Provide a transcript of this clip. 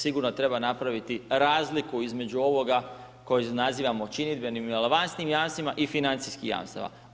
Sigurno treba napraviti razliku između ovoga kojeg nazivamo činidbenim ili avansnim jamstvima i financijskim jamstvima.